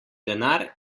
denar